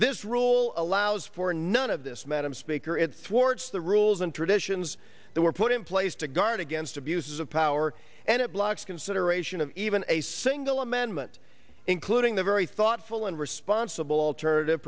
this rule allows for none of this madam speaker and thwarts the rules and traditions that were put in place to guard against abuses of power and it blocks consideration of even a single amendment including the very thoughtful and responsible alternative